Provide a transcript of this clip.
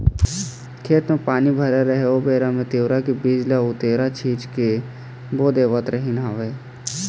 खेत म पानी भरे राहय ओ बेरा म तिंवरा के बीज ल उतेरा छिंच के बो देवत रिहिंन हवँय